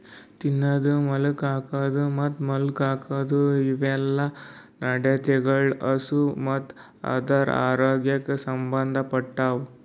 ತಿನದು, ಮೇಲುಕ್ ಹಾಕದ್ ಮತ್ತ್ ಮಾಲ್ಕೋಮ್ದ್ ಇವುಯೆಲ್ಲ ನಡತೆಗೊಳ್ ಹಸು ಮತ್ತ್ ಅದುರದ್ ಆರೋಗ್ಯಕ್ ಸಂಬಂದ್ ಪಟ್ಟವು